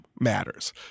matters